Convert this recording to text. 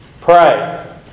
pray